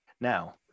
now